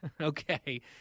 Okay